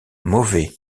mauvais